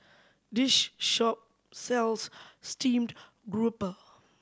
this shop sells steamed grouper